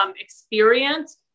experience